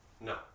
No